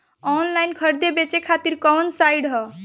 Online खरीदे बेचे खातिर कवन साइड ह?